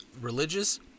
religious